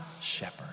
shepherd